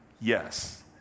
Yes